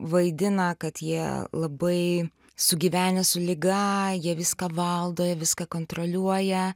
vaidina kad jie labai sugyvenę su liga jie viską valdo jie viską kontroliuoja